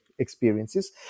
experiences